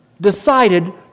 decided